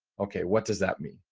okay, what does that mean?